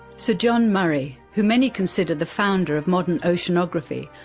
so john murray, who many consider the founder of modern oceanography,